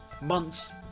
Months